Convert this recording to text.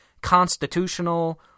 constitutional